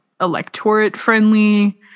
electorate-friendly